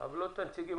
יום שני,